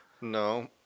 No